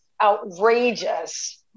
outrageous